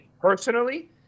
personally